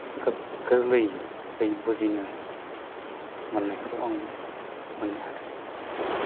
खोब गोरलैहै बुजिनो मोन्नायखौ आं मोन्नो हादों